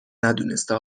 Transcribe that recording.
ندونسته